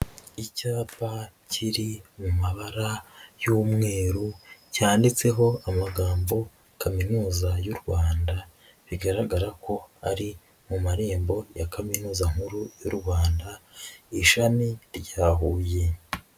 Icyapa kiri mu mabara y'umweru, cyanditseho amagambo Kaminuza y'u Rwanda, bigaragara ko ari mu marembo ya Kaminuza Nkuru y'u Rwanda ishami rya Huye.